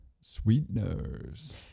sweeteners